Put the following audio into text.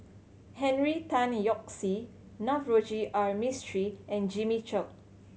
Henry Tan Yoke See Navroji R Mistri and Jimmy Chok